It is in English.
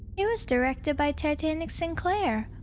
it was directed by titanic sinclair.